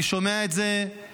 אני שומע את זה מהציבור.